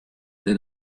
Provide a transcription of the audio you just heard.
than